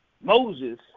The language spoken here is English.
Moses